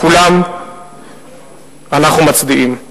לכולם אנחנו מצדיעים.